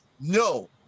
No